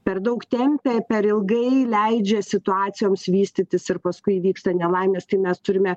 per daug tempia per ilgai leidžia situacijoms vystytis ir paskui įvyksta nelaimės tai mes turime